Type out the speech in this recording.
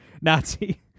Nazi